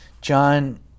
John